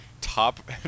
top